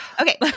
Okay